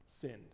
sinned